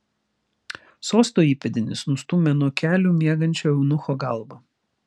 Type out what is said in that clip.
sosto įpėdinis nustūmė nuo kelių miegančio eunucho galvą